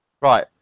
Right